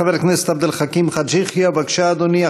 חבר הכנסת עבד אל חכים חאג' יחיא, בבקשה, אדוני.